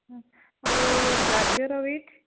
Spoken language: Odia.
ହଁ ଆଉ ଗାଜର ବିଟ୍